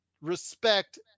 respect